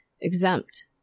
exempt